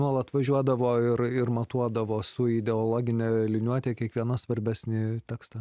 nuolat važiuodavo ir ir matuodavo su ideologine liniuote kiekvieną svarbesnį tekstą